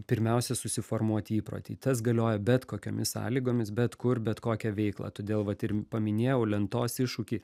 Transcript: pirmiausia susiformuoti įprotį tas galioja bet kokiomis sąlygomis bet kur bet kokią veiklą todėl vat ir paminėjau lentos iššūkį